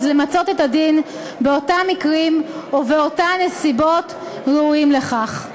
למצות את הדין באותם מקרים ובאותן נסיבות הראויים לכך.